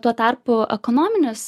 tuo tarpu ekonominis